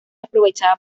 aprovechada